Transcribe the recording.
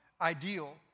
ideal